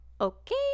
okay